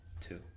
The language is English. Two